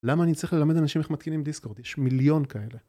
למה אני צריך ללמד אנשים איך מתקינים דיסקורד? יש מיליון כאלה.